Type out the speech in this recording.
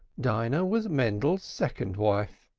dinah was mendel's second wife,